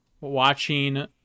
watching